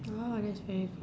!wow! that is very